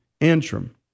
Antrim